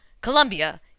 Colombia